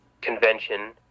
convention